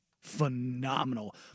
phenomenal